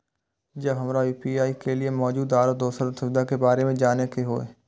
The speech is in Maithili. जब हमरा यू.पी.आई के लिये मौजूद आरो दोसर सुविधा के बारे में जाने के होय?